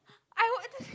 I will